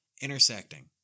intersecting